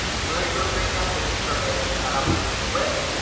so there you go trainiacs. as you start getting set up with zwift,